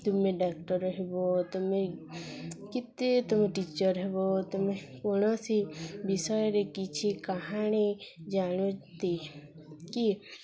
ତୁମେ ଡକ୍ଟର ହେବ ତୁମେ କେତେ ତୁମେ ଟିଚର୍ ହେବ ତୁମେ କୌଣସି ବିଷୟରେ କିଛି କାହାଣୀ ଜାଣୁନ୍ତି କି